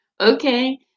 Okay